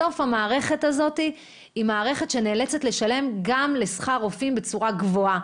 בסוף המערכת הזאת היא מערכת שנאלצת לשלם גם שכר רופאים בצורה גבוהה.